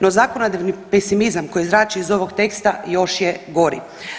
No, zakonodavni pesimizam koji zrači iz ovog teksta još je gori.